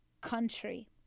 country